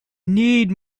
need